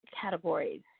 categories